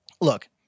look